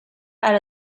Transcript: out